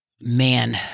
Man